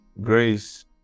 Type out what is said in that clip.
grace